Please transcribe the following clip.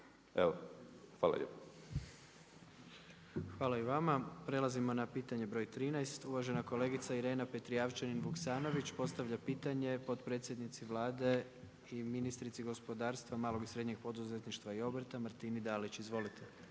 Gordan (HDZ)** Hvala i vama. Prelazimo na pitanje broj 13. uvažena kolegica Irena Petrijevčanin Vuksanović postavlja pitanje potpredsjednici Vlade i ministrici gospodarstva malog i srednjeg poduzetništva i obrta Martini Dalić. Izvolite.